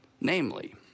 namely